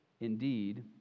indeed